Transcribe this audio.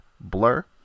Blur